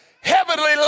heavenly